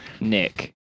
Nick